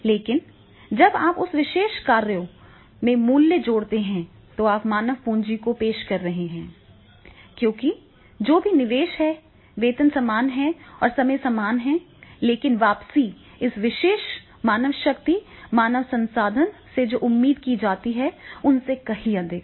लेकिन जब आप उस विशेष कार्यों में मूल्य जोड़ते हैं तो आप मानव पूंजी को पेश कर रहे हैं क्योंकि जो भी निवेश है वेतन समान है और समय समान है लेकिन वापसी इस विशेष मानवशक्ति मानव संसाधन से जो उम्मीद की जाती है उससे कहीं अधिक है